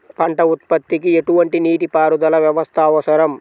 పంట ఉత్పత్తికి ఎటువంటి నీటిపారుదల వ్యవస్థ అవసరం?